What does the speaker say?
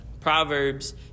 Proverbs